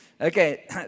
Okay